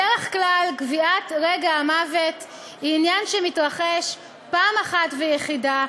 בדרך כלל קביעת רגע המוות היא עניין שמתרחש פעם אחת ויחידה,